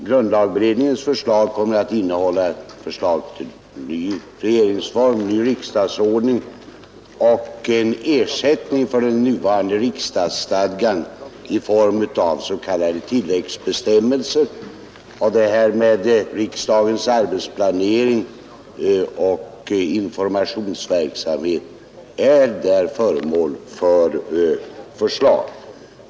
Grundlagberedningen kommer att föreslå ny regeringsform, ny riksdagsordning och en ersättning av den nuvarande riksdagsstadgan i form av s.k. tilläggsbestämmelser. Riksdagens arbetsplanering och informationsverksamhet är där föremål för förslag.